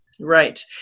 Right